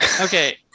Okay